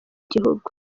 gihugu